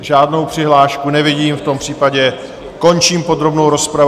Žádnou přihlášku nevidím, v tom případě končím podrobnou rozpravu.